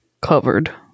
covered